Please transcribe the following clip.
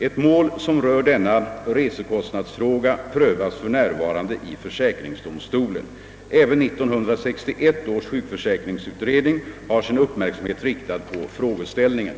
Ett mål som rör denna resekostnadsfråga prövas f.n. i försäkringsdomstolen. Även 1961 års sjukförsäkringsutredning har sin uppmärksamhet riktad på frågeställningen.